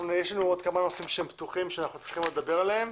יש לנו עוד כמה נושאים שהם פתוחים ואנחנו עוד צריכים לדבר עליהם.